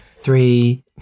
three